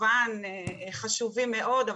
חשובים מאוד,